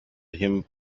him